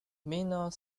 minor